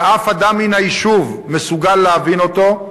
שאף אדם מן היישוב לא מסוגל להבין אותו,